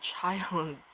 child